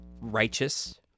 righteous